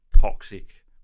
toxic